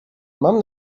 mam